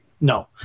No